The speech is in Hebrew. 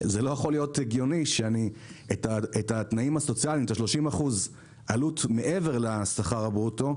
זה לא יכול להיות הגיוני שאת ה-30% עלות מעבר לשכר הברוטו,